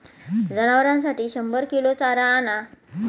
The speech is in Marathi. जनावरांसाठी शंभर किलो चारा आणा